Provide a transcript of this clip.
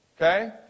Okay